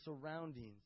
surroundings